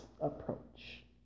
approach